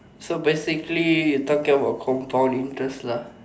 so basically you are talking about compound interest lah